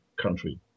country